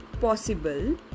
possible